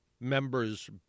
members